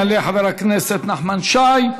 יעלה חבר הכנסת נחמן שי,